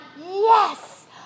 yes